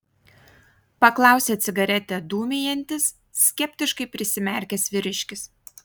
paklausė cigaretę dūmijantis skeptiškai prisimerkęs vyriškis